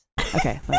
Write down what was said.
Okay